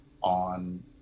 on